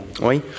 oui